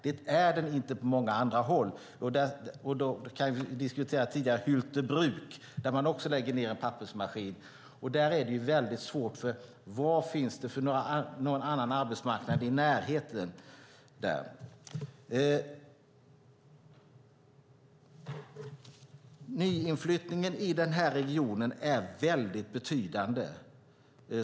Det är den inte på många andra håll. Vi diskuterade tidigare Hyltebruk, där man också stänger av en pappersmaskin. Där är det mycket svårt. Vilken annan arbetsmarknad finns i närheten där? Nyinflyttningen i den här regionen är mycket betydande.